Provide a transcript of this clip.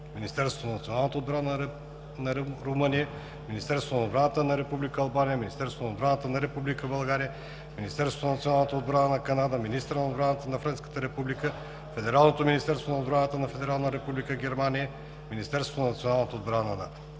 Министерството на националната отбрана на Румъния, Министерството на отбраната на Република Албания, Министерството на отбраната на Република България, Министерството на националната отбрана на Канада, министъра на отбраната на Френската република, Федералното министерство на отбраната на Федерална република Германия, Министерството на националната отбрана на